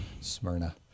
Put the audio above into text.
Smyrna